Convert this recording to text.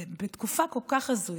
בתקופה כל כך הזויה,